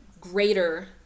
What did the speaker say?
greater